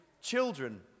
children